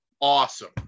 awesome